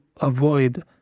avoid